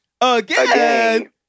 Again